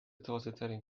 تازهترین